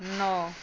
नओ